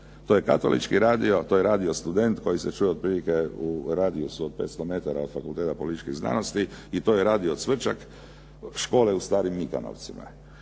To je "Katolički radio", to je "Radio Student" koji se čuje otprilike u radijusu od 500 metara od Fakulteta političkih znanosti i to je "Radio Cvrčak" škole u Starim Mikanovcima.